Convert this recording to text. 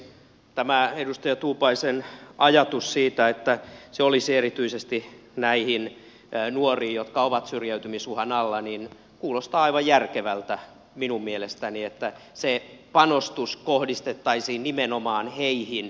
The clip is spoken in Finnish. tämä edustaja tuupaisen ajatus siitä että se panostus kohdistettaisiin erityisesti näihin nuoriin jotka ovat syrjäytymis uhan alla kuulostaa aivan järkevältä minun mielestäni että se että panostus kohdistettaisiin nimenomaan heihin